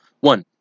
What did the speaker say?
One